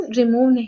remove